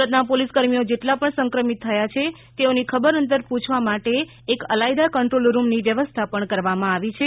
સુરતના પોલીસ કર્મીઓ જેટલા પણ સંક્રમિત થયા છે તેઓની ખબર અંતર પૂછવા માટે એક અલાયદા કંટ્રોલ રૂમની વ્યવસ્થા પણ કરવામાં આવી છે